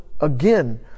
again